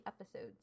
episodes